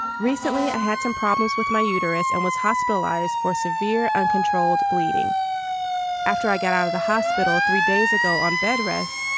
recently i had some problems with my uterus and was hospitalized for severe uncontrolled bleeding after i got out of the hospital three days ago on bed rest.